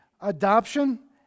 Adoption